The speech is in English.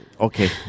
Okay